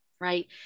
right